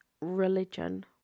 religion